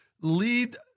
lead